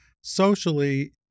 socially